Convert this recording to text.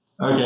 Okay